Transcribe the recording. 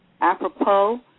apropos